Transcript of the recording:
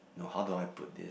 now how do I put this